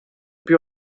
più